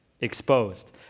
exposed